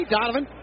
Donovan